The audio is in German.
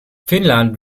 finnland